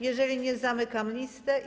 Jeżeli nie, zamykam listę.